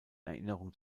erinnerung